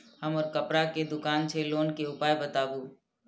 हमर कपड़ा के दुकान छै लोन के उपाय बताबू?